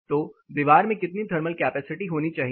तो दीवार में कितनी थर्मल कैपेसिटी होनी चाहिए